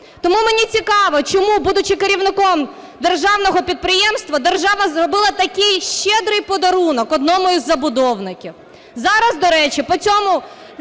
Тому мені цікаво чому, будучи керівником державного підприємства, держава зробила такий щедрий подарунок одному із забудовників. Зараз, до речі, по цьому